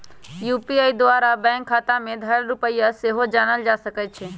UPI द्वारा bank खता में धएल रुपइया सेहो जानल जा सकइ छै